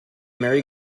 merry